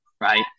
right